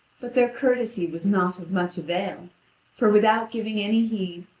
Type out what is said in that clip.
but their courtesy was not of much avail for, without giving any heed,